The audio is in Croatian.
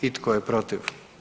I tko je protiv?